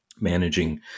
managing